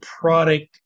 product